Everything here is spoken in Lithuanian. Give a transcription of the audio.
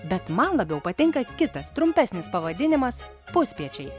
bet man labiau patinka kitas trumpesnis pavadinimas puspiečiai